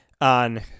on